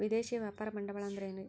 ವಿದೇಶಿಯ ವ್ಯಾಪಾರ ಬಂಡವಾಳ ಅಂದರೆ ಏನ್ರಿ?